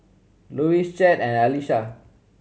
Lois Chet and Alisha